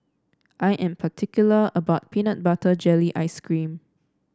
I am particular about Peanut Butter Jelly Ice cream